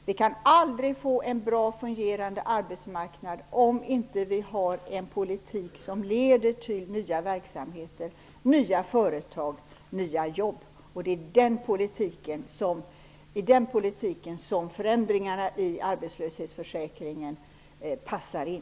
Vi kan aldrig få en bra fungerande arbetsmarknad om vi inte har en politik som leder till nya verksamheter, nya företag och nya jobb. Det är i den politiken som förändringarna i arbetslöshetsförsäkringen passar in.